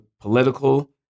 political